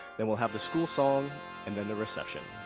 then we'll have the school song and then the recession.